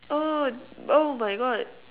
oh oh my God